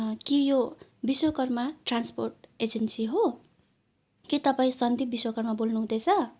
के यो Vishwakarma transport agency हो के तपाईँ सन्दीप विश्वकर्मा बोल्नुहुँदैछ